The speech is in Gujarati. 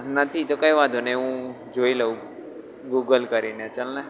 નથી તો કોઈ વાંધો નહીં હું જોઈ લઉં ગૂગલ કરીને ચાલ ને